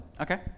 Okay